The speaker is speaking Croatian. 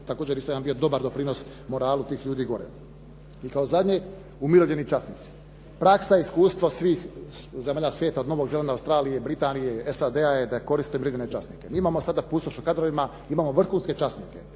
također isto jedan bio dobar doprinos moralu tih ljudi gore. I kao zadnje, umirovljeni časnici, praksa, iskustva svih zemalja svijeta od Novog Zelanda, Australije, Britanije, SAD je da koriste umirovljene časnike. Mi imamo sada pustoš u kadrovima, imamo vrhunske časnike,